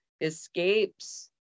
escapes